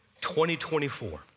2024